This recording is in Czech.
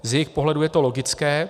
Z jejich pohledu je to logické.